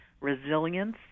resilience